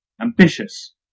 ambitious